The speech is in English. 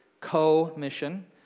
Co-mission